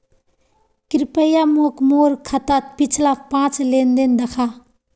कृप्या मोक मोर खातात पिछला पाँच लेन देन दखा